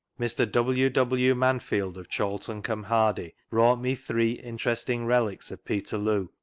mr. w, w. manfield, of chorlton-cum-hardy, brought me three interesting relics of peterloo,